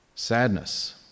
sadness